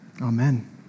Amen